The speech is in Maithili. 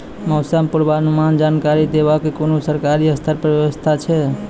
मौसम पूर्वानुमान जानकरी देवाक कुनू सरकारी स्तर पर व्यवस्था ऐछि?